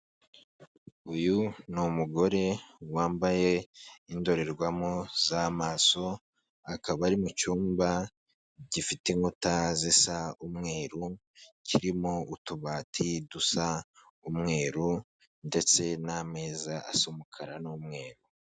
Uyu ni umugore wambaye indorerwamo z'amaso, akaba ari mu cyumba gifite inkuta zisa umweru, kirimo utubati dusa umweru ndetse n'ameza asa umukara n'umweru.